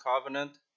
covenant